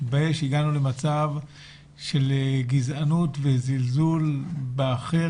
שהגענו למצב של גזענות וזלזול באחר,